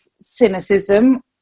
cynicism